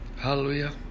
Hallelujah